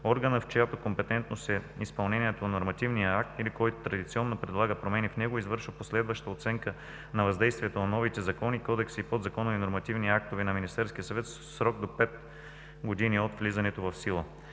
органът, в чиято компетентност е изпълнението на нормативния акт или който традиционно предлага промени в него и извършва последваща оценка на въздействието на новите закони, Кодекса и подзаконови нормативни актове на Министерския съвет в срок до пет години от влизането в сила.